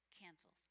cancels